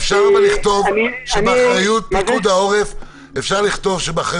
אפשר לכתוב שבאחריות פיקוד העורף יהיה